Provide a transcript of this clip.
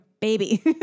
baby